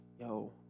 Yo